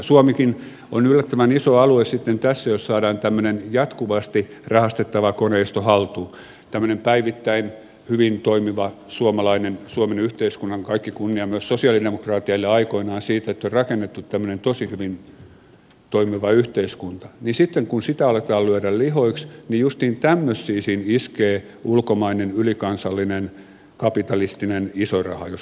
suomikin on yllättävän iso alue sitten tässä jos saadaan tämmöinen jatkuvasti rahastettava koneisto haltuun tämmöinen päivittäin hyvin toimiva suomalainen suomen yhteiskunta kaikki kunnia myös sosialidemokraateille aikoinaan siitä että on rakennettu tämmöinen tosi hyvin toimiva yhteiskunta niin sitten kun sitä aletaan lyödä lihoiksi niin justiin tämmöisiin siinä iskee ulkomainen ylikansallinen kapitalistinen iso raha jos käyttäisi tämmöistä vanhaa termiä